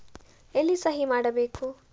ಎಲ್ಲಿ ಸಹಿ ಮಾಡಬೇಕು?